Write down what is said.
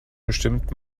bestimmt